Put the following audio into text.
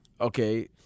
Okay